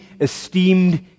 esteemed